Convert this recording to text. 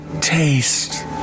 taste